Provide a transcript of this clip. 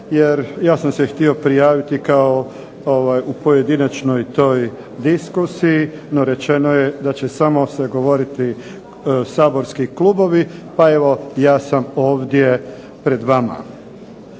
ja sam se htio prijaviti kao u pojedinačnoj toj diskusiji. No, rečeno je da će samo se govoriti saborski klubovi, pa evo ja sam ovdje pred vama.